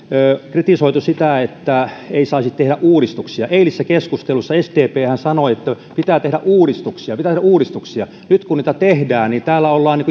kritisoitu että ei saisi tehdä uudistuksia eilisessä keskustelussa sdphän sanoi että pitää tehdä uudistuksia pitää tehdä uudistuksia nyt kun niitä tehdään täällä ollaan